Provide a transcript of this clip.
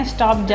Stop